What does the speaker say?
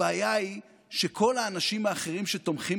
הבעיה היא שכל האנשים האחרים שתומכים